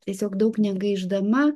tiesiog daug negaišdama